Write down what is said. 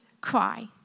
cry